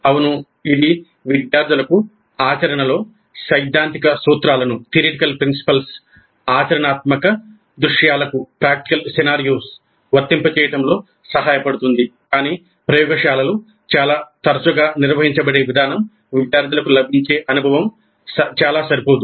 అవును ఇది విద్యార్థులకు ఆచరణలో సైద్ధాంతిక సూత్రాలను వర్తింపజేయడంలో సహాయపడుతుంది కాని ప్రయోగశాలలు చాలా తరచుగా నిర్వహించబడే విధానం విద్యార్థులకు లభించే అనుభవం చాలా సరిపోదు